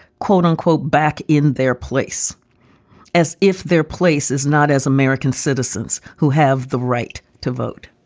quote unquote, back in their place as if their place is not as american citizens who have the right to vote